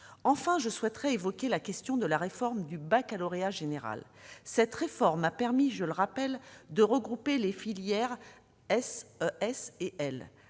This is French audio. Enfin, je souhaite évoquer la question de la réforme du baccalauréat général. Cette réforme a permis, je le rappelle, de regrouper les filières S, ES et L.